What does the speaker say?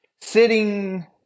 sitting